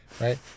Right